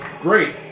Great